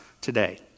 today